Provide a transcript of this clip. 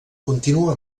continua